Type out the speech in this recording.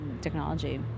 technology